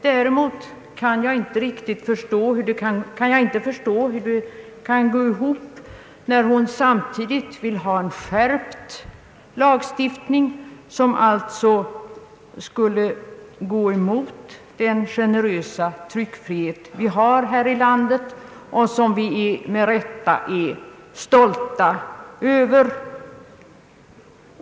Däremot kan jag inte förstå hur det kan gå ihop, när hon samtidigt vill ha en skärpt lagstiftning, som alltså skulle gå emot den generösa tryckfrihet som vi har här i landet och som vi med rätta är stolta över.